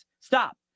stop